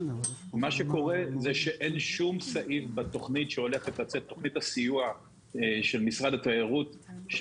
מה שקורה זה שאין שום סעיף בתוכנית הסיוע של משרד התיירות שהולכת לצאת,